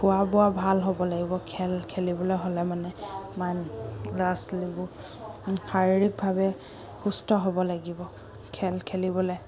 খোৱা বোৱা ভাল হ'ব লাগিব খেল খেলিবলৈ হ'লে মানে মাইণ্ড ল'ৰা ছোৱালীবোৰ শাৰীৰিকভাৱে সুস্থ হ'ব লাগিব খেল খেলিবলে